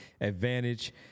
advantage